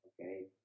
Okay